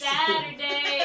Saturday